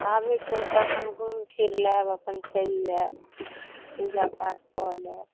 आबू तऽ ओतऽ अपन घुमि फिरि लेब अपन चलि जाएब पूजा पाठ कऽ लेब